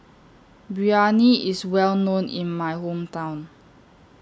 Biryani IS Well known in My Hometown